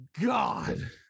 God